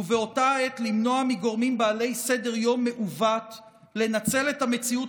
ובאותה העת למנוע מגורמים בעלי סדר-יום מעוות לנצל את המציאות